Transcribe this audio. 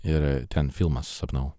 ir ten filmą susapnavau